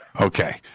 Okay